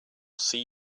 see